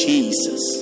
Jesus